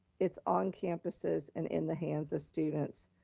it's on campuses and in the hands of students,